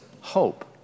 hope